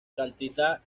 cantidad